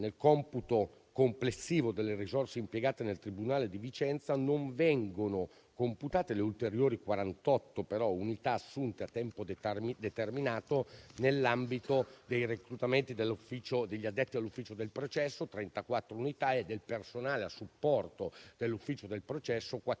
Nel computo complessivo delle risorse impiegate nel tribunale di Vicenza, non vengono però computate le ulteriori 48 unità assunte a tempo determinato nell'ambito dei reclutamenti degli addetti all'ufficio del processo (34 unità) e del personale a supporto dell'ufficio del processo (14